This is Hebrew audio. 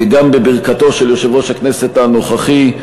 גם בברכתו של יושב-ראש הכנסת הנוכחי,